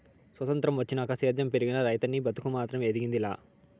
సొత్రంతం వచ్చినాక సేద్యం పెరిగినా, రైతనీ బతుకు మాత్రం ఎదిగింది లా